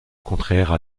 contraire